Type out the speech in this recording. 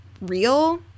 real